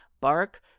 bark